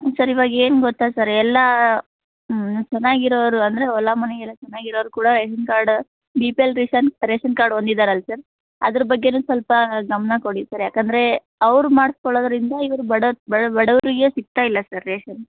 ಹ್ಞೂ ಸರ್ ಇವಾಗ ಏನು ಗೊತ್ತ ಸರ್ ಎಲ್ಲ ಚೆನ್ನಾಗಿರೋರು ಅಂದರೆ ಹೊಲ ಮನೆ ಎಲ್ಲ ಚೆನ್ನಾಗಿರೋರು ಕೂಡ ration card B P L ration ration card ಹೊಂದಿದಾರಲ್ ಸರ್ ಅದ್ರ ಬಗ್ಗೆನು ಸ್ವಲ್ಪ ಗಮನ ಕೊಡಿ ಸರ್ ಯಾಕೆಂದ್ರೇ ಅವರು ಮಾಡಿಸ್ಕೊಳ್ಳೋದ್ರಿಂದ ಇವರು ಬಡವ್ರು ಬಡ ಬಡವರಿಗೆ ಸಿಗ್ತಾಯಿಲ್ಲ ಸರ್ ರೇಷನ್